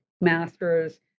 masters